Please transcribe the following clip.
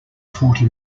forty